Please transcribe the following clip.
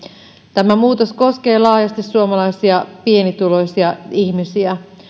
tämä muutos koskee laajasti suomalaisia pienituloisia ihmisiä se